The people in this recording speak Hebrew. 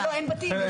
נירה, אין בתים.